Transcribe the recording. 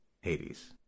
Hades